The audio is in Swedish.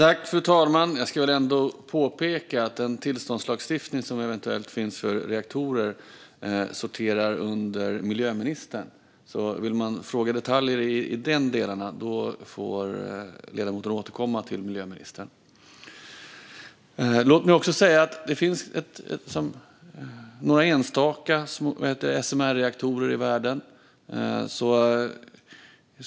Herr talman! Jag ska väl ändå påpeka att den tillståndslagstiftning som eventuellt finns för reaktorer sorterar under miljöministern. Vill ledamoten fråga om detaljer i de delarna får han återkomma till miljöministern. Det finns några enstaka SMR-reaktorer i världen.